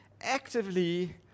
actively